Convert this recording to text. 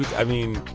i mean